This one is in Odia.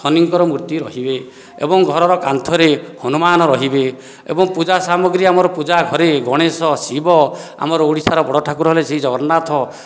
ଶନିଙ୍କର ମୂର୍ତ୍ତି ରହିବେ ଏବଂ ଘରର କାନ୍ଥରେ ହନୁମାନ ରହିବେ ଏବଂ ପୂଜା ସାମଗ୍ରୀ ଆମର ପୂଜାଘରେ ଗଣେଶ ଶିବ ଆମର ଓଡ଼ିଶାର ବଡ଼ ଠାକୁର ହେଲେ ଶ୍ରୀ ଜଗନ୍ନାଥ